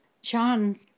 John